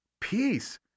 peace